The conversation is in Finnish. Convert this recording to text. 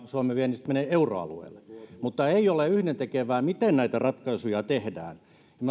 suomen viennistä menee euroalueelle mutta ei ole yhdentekevää miten näitä ratkaisuja tehdään